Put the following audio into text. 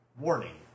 Warning